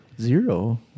zero